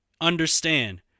Understand